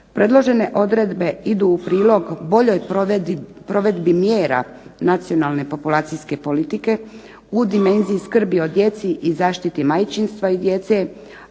Predložene odredbe idu u prilog boljoj provedbi mjera Nacionalne populacijske politike u dimenziji skrbi o djeci i zaštiti majčinstva i djece,